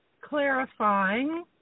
clarifying